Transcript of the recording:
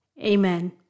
Amen